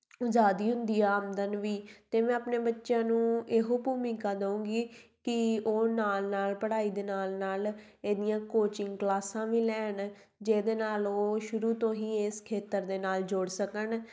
ਜ਼ਿਆਦਾ ਹੁੰਦੀ ਆ ਆਮਦਨ ਵੀ ਅਤੇ ਮੈਂ ਆਪਣੇ ਬੱਚਿਆਂ ਨੂੰ ਇਹੋ ਭੂਮਿਕਾ ਦੇਵਾਂਗੀ ਕਿ ਉਹ ਨਾਲ ਨਾਲ ਪੜ੍ਹਾਈ ਦੇ ਨਾਲ ਨਾਲ ਇਹਦੀਆਂ ਕੋਚਿੰਗ ਕਲਾਸਾਂ ਵੀ ਲੈਣ ਜਿਹਦੇ ਨਾਲ ਉਹ ਸ਼ੁਰੂ ਤੋਂ ਹੀ ਇਸ ਖੇਤਰ ਦੇ ਨਾਲ ਜੁੜ ਸਕਣ